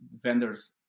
vendors